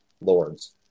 lords